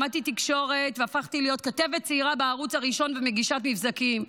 למדתי תקשורת והפכתי להיות כתבת צעירה בערוץ הראשון ומגישת מבזקים.